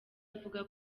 avuga